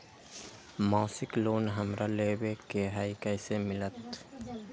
मासिक लोन हमरा लेवे के हई कैसे मिलत?